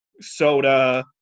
soda